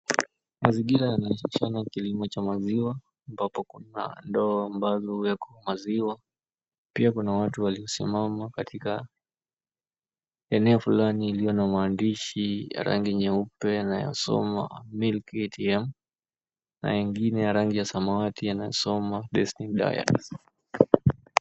Mazingira yanaashiria na kilimo cha maziwa ambapo kuna ndoo ambazo yako maziwa. Pia kuna watu waliosimama katika eneo fulani iliyo na maandishi ya rangi nyeupe inayosoma, Milk ATM na ingine ya rangi ya samawati inayosoma, Destiny Diaries.